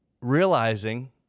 realizing